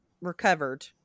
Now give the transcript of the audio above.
recovered